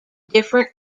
different